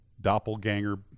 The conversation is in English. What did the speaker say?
doppelganger